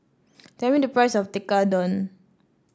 tell me the price of Tekkadon